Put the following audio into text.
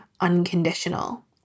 unconditional